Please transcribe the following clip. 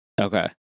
Okay